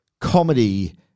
comedy